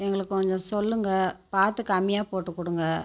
எங்களுக்கு கொஞ்சம் சொல்லுங்கள் பார்த்து கம்மியா போட்டு கொடுங்க